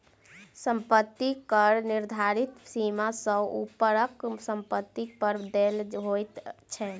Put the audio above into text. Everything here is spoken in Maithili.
सम्पत्ति कर निर्धारित सीमा सॅ ऊपरक सम्पत्ति पर देय होइत छै